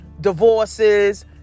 divorces